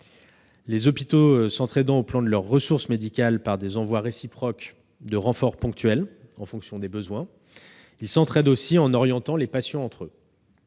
Les hôpitaux s'entraident sur le plan de leurs ressources médicales par des envois réciproques de renforts ponctuels en fonction des besoins ; ils s'entraident aussi en orientant les patients entre eux.